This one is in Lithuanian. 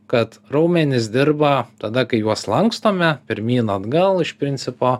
kad raumenys dirba tada kai juos lankstome pirmyn atgal iš principo